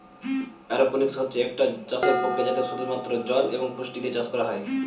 aeroponics হচ্ছে একটা চাষের প্রক্রিয়া যাতে শুধু মাত্র জল এবং পুষ্টি দিয়ে চাষ করা হয়